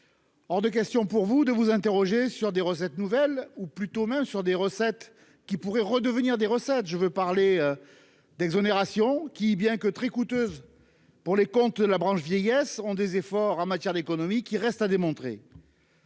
Hors de question pour vous de vous interroger sur des recettes nouvelles ou plutôt, même sur des recettes qui pourrait redevenir des recettes, je veux parler. D'exonérations qui, bien que très coûteuse. Pour les comptes. La branche vieillesse ont des efforts en matière d'économie qui reste à démontrer.